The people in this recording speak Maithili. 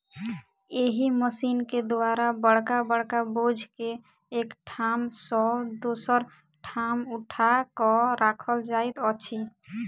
एहि मशीन के द्वारा बड़का बड़का बोझ के एक ठाम सॅ दोसर ठाम उठा क राखल जाइत अछि